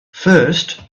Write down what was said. first